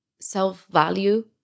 self-value